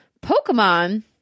pokemon